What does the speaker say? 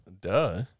Duh